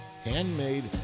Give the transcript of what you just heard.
handmade